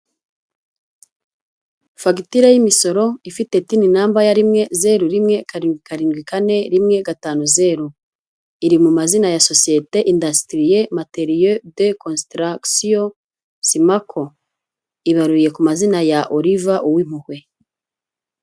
Fagitire y'imisoro ifite tini namba ya rimwe, zeru, rimwe, karindwi, karindwi, kane, rimwe, gatanu, zeru, iri mu mazina ya sosiyete indastiriye materiye de constaragisiyo simako ibaruye ku mazina ya Oliva uwimpuhwe.